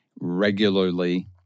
regularly